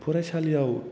फरायसालियाव